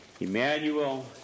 Emmanuel